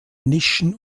nischen